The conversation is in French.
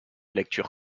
lecture